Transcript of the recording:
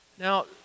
Now